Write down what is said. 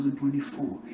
2024